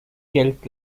geld